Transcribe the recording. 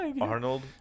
Arnold